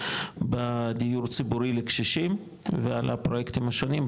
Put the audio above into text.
בדיור ציבורי לקשישים ועל הפרויקטים השונים,